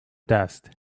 dust